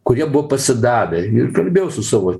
kurie buvo pasidavę ir kalbėjau su savo